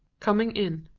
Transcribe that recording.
coming in.